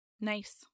Nice